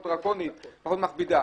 פחות דרקונית ופחות מכבידה.